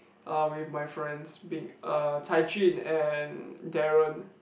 er with my friends be~ er Cai-Jun and Darren